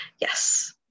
Yes